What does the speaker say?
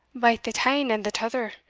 baith the tane and the t'other,